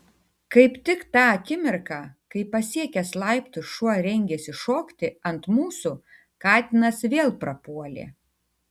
kaip tik tą akimirką kai pasiekęs laiptus šuo rengėsi šokti ant mūsų katinas vėl prapuolė